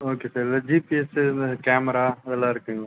okay sir இதில் GPS இந்த camera அதெல்லாம் இருக்குதுங்களா